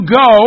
go